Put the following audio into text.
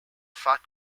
fat